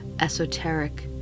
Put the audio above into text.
esoteric